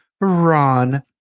Ron